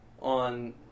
on